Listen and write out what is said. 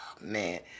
Man